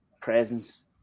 presence